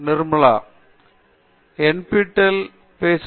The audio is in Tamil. நிர்மலா நன்றி ப்ரதாப் என்